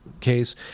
Case